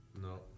No